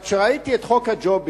אבל כשראיתי את חוק הג'ובים